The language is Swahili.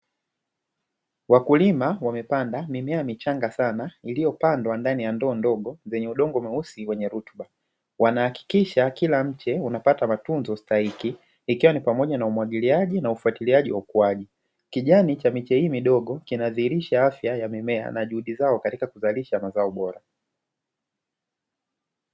Wakulima wamepanda mimea michanga sana iliyopandwa ndani ya ndoo ndogo zenye udongo mweusi wenye rutuba. Wanahakikisha kila mche unapata matunzo stahiki ikiwa ni pamoja na umwagiliaji na ufuatiliaji wa ukuaji. Kijani cha miche hii midogo kinadhihirisha afya ya mimea na juhudi zao katika kuzalisha mazao bora.